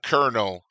Colonel